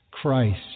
Christ